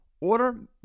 Order